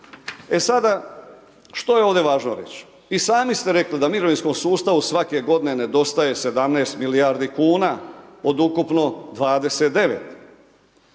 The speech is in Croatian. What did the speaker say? E sada, što je ovdje važno reći? I sami ste rekli da mirovinskom sustavu svake godine nedostaje 17 milijardi kuna od ukupno 29.